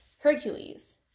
hercules